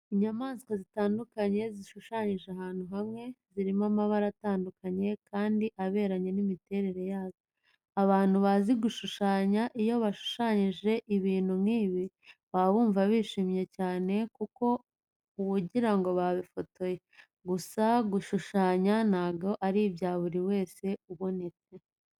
Inyamaswa zitandukanye zishushanyije ahantu hamwe, zirimo amabara atandukanye kandi aberanye n'imiterere yazo. Abantu bazi gushushanya iyo bashushanyije ibintu nk'ibi, baba bumva bishimye cyane kuko uba ugira ngo babifotoye. Gusa gushushanya ntabwo ari ibya buri wese ubonetse.